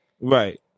right